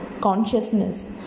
consciousness